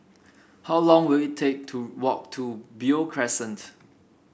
how long will it take to walk to Beo Crescent